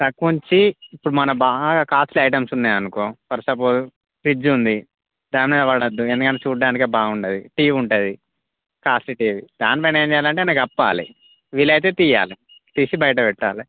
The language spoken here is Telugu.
తక్కువుంచి ఇప్పుడు మనకి బాగా కాస్ట్లీ ఐటమ్స్ ఉన్నాయనుకో ఫర్ సపోస్ ఫ్రిడ్జ్ ఉంది దానిమీద పడద్దు ఎందుకంటే చూడడానికే బాగుండదు టీవీ ఉంటుంది కాస్ట్లీ టీవీ దానిపైన ఏం చెయ్యాలంటే ఏదైనా కప్పాలి వీలైతే తియ్యాలి తీసి బయట పెట్టాలి